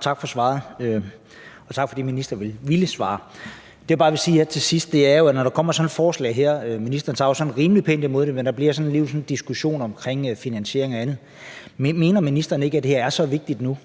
Tak for svaret – og tak, fordi ministeren ville svare. Det, jeg bare vil sige her til sidst, er, at når der kommer et forslag som det her, så tager ministeren sådan rimelig pænt imod det, men der bliver alligevel en diskussion om finansiering og andet, men mener ministeren ikke, at det her er så vigtigt nu,